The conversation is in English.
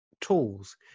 tools